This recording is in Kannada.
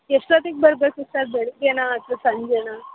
ಎಷ್ಟೊತ್ತಿಗೆ ಬರಬೇಕು ಸರ್ ಬೆಳಗ್ಗೆನಾ ಅಥವಾ ಸಂಜೆನಾ